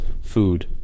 food